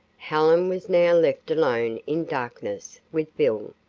helen was now left alone in darkness with bill,